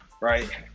right